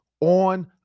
on